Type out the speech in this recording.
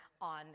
on